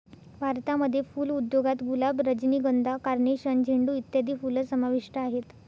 भारतामध्ये फुल उद्योगात गुलाब, रजनीगंधा, कार्नेशन, झेंडू इत्यादी फुलं समाविष्ट आहेत